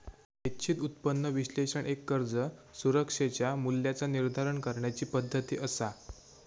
निश्चित उत्पन्न विश्लेषण एक कर्ज सुरक्षेच्या मूल्याचा निर्धारण करण्याची पद्धती असा